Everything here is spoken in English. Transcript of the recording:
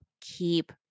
keep